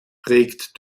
regt